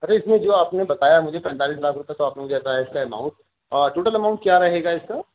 اچھا اس میں جو آپ نے بتایا مجھے پینتالیس لاکھ روپے تو آپ نے مجھے بتایا اس کا اماؤنٹ ٹوٹل اماؤنٹ کیا رہے گا اس کا